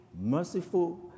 merciful